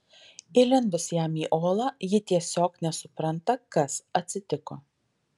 įlindus jam į olą ji tiesiog nesupranta kas atsitiko